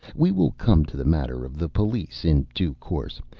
we will come to the matter of the police in due course.